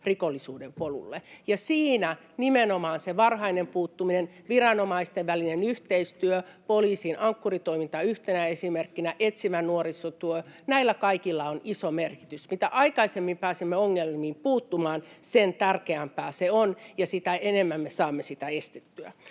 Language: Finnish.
rikollisuuden polulle, ja siinä nimenomaan sillä varhaisella puuttumisella, viranomaisten välisellä yhteistyöllä — poliisin Ankkuri-toiminta yhtenä esimerkkinä — etsivällä nuorisotyöllä, näillä kaikilla, on iso merkitys. Mitä aikaisemmin pääsemme ongelmiin puuttumaan, sen tärkeämpää se on ja sitä enemmän me saamme rikoksia estettyä.